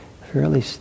fairly